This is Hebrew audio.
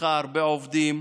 שצריכה הרבה עובדים,